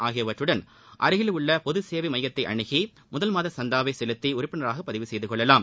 ஆகியவற்றுடன் அருகில் உள்ள பொது சேவை மையத்தை அணுகி முதல் மாத சந்தாவை செலுத்தி உறுப்பினராக பதிவு செய்துகொள்ளலாம்